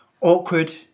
Awkward